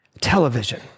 television